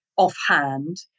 offhand